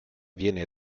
viene